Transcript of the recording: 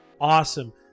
awesome